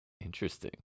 Interesting